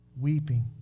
weeping